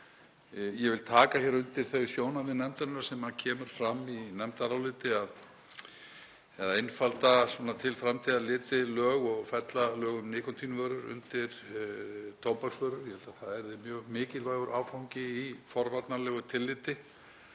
Ég vil taka undir þau sjónarmið nefndarinnar sem koma fram í nefndaráliti, að einfalda til framtíðar litið og fella lög um nikótínvörur undir tóbaksvörur. Ég held að það yrði mjög mikilvægur áfangi í forvarnalegu tilliti.